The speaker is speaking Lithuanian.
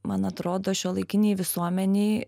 man atrodo šiuolaikinėj visuomenėj